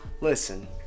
Listen